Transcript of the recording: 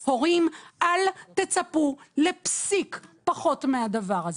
הורים, אל תצפו לפסיק פחות מזה.